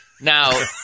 Now